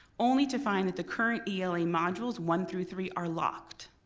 only to find that the current ela modules one through three are locked.